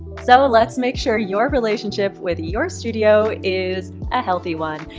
so let's make sure your relationship with your studio is a healthy one,